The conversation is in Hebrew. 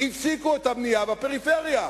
הפסיקו את הבנייה בפריפריה.